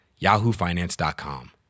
yahoofinance.com